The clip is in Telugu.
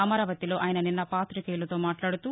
అమరావతిలో ఆయన నిన్న పాతికేయులతో మాట్లాడుతూ